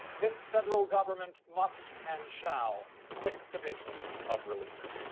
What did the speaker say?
this federal government must and shall quit the business of relief.